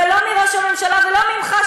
לא מראש הממשלה ולא ממך,